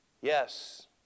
Yes